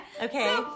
Okay